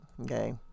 Okay